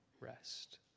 rest